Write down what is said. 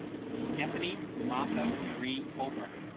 stephanie martha marie paul. break